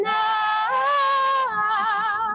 now